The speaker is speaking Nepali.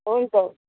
हुन्छ